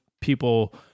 people